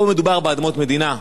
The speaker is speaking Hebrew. פה מדובר באדמות המדינה,